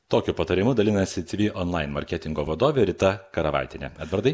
tokiu patarimu dalinasi cv online marketingo vadovė rita karavaitienė edvardai